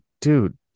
dude